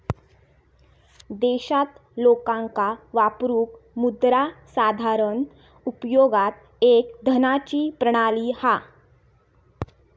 देशात लोकांका वापरूक मुद्रा साधारण उपयोगात एक धनाची प्रणाली हा